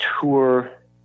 tour